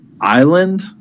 Island